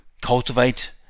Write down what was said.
Cultivate